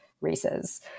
races